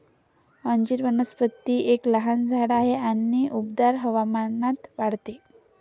अंजीर वनस्पती एक लहान झाड आहे आणि उबदार हवामानात वाढते